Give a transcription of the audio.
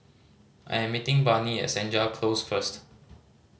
I am meeting Barnie at Senja Close first